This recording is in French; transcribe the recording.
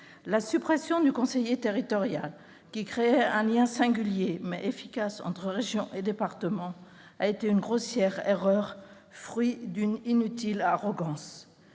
La suppression du conseiller territorial, qui créait un lien singulier mais efficace entre région et département, a été une grossière erreur, fruit d'une inutile arrogance.